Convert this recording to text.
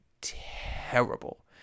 terrible